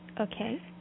Okay